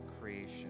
creation